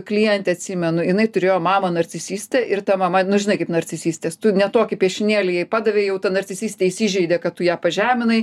klientę atsimenu jinai turėjo mamą narcisistę ir ta mama nu žinai kaip narcisistės tu ne tokį piešinėlį jai padavei jau ta narcisistė įsižeidė kad tu ją pažeminai